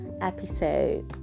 episode